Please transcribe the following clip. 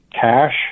cash